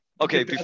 Okay